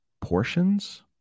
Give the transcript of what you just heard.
portions